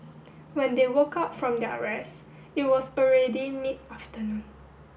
when they woke up from their rest it was already mid afternoon